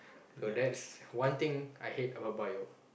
so that's one thing I hate about bio